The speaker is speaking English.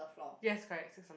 yes correct six on the